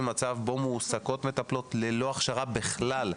מצב שבו מועסקות מטפלות ללא הכשרה בכלל,